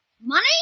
Money